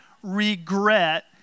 regret